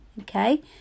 Okay